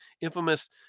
infamous